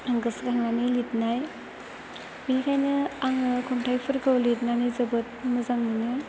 आं गोसो जानानै लिरनाय बेनिखायनो आङो खन्थाइफोरखौ लिरनानै जोबोद मोजां मोनो